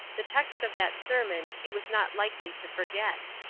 the text of that sermon he was not likely to forget.